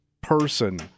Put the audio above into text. person